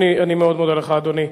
אני מאוד מודה לך, אדוני.